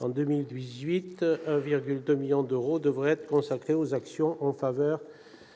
en 2018, 1,22 million d'euros devraient être consacrés aux actions en faveur